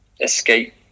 escape